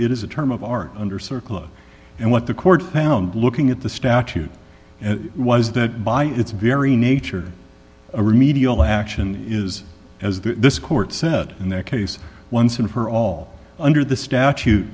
it is a term of art under circle and what the court found looking at the statute was that by its very nature a remedial action is as this court said in that case once and for all under the statu